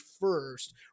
first